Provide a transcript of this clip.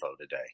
today